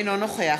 אינו נוכח